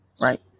Right